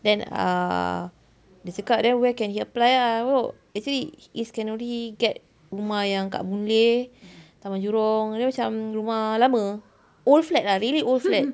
then err dia cakap then where can he apply lah but actually izz can only get rumah yang dekat boon lay taman jurong dia macam rumah lama old flat lah really old flat